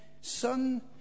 son